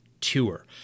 tour